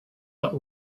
not